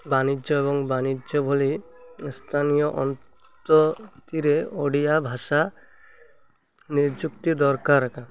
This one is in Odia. ବାଣିଜ୍ୟ ଏବଂ ବାଣିିଜ୍ୟ ବୋଲି ସ୍ଥାନୀୟ ଅନ୍ତତିରେ ଓଡ଼ିଆ ଭାଷା ନିଯୁକ୍ତି ଦରକାର କା